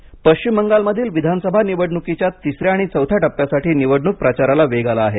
निवडणूक पश्चिम बंगालमधील विधानसभा निवडणुकीच्या तिसऱ्या आणि चौथ्या टप्प्यासाठी निवडणुक प्रचाराला वेग आला आहे